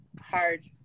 hard